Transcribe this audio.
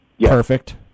perfect